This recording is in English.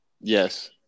Yes